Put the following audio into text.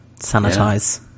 sanitize